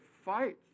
fight